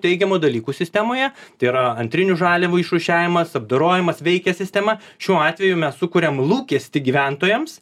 teigiamų dalykų sistemoje tėra antrinių žaliavų išrūšiavimas apdorojimas veikia sistema šiuo atveju mes sukuriam lūkestį gyventojams